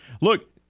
Look